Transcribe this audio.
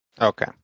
Okay